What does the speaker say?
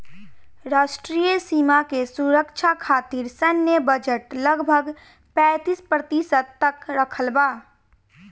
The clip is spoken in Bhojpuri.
राष्ट्रीय सीमा के सुरक्षा खतिर सैन्य बजट लगभग पैंतीस प्रतिशत तक रखल बा